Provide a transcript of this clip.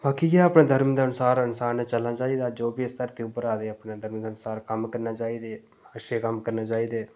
बाकी इ'यै कि अपने धर्म दे अनुसार इंसान ने अपना चलना चाहिदा जां जो बी इस धरती पर आए दे उस अपने धर्म दे अनुसार कम्म करना चाहिदे अच्छे कम्म करना चाहिदे